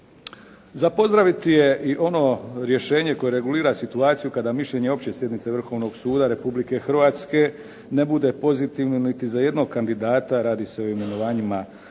Za pozdraviti je i ono rješenje koje regulira situaciju kada mišljenje opće sjednice Vrhovnog suda Republike Hrvatske ne bude pozitivno niti za jednog kandidata. Radi se o imenovanjima, dakle